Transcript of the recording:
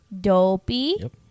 dopey